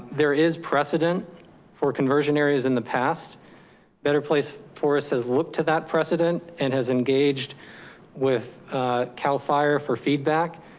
there is precedent for conversion areas, in the past better place forest has looked to that precedent and has engaged with cal fire for feedback,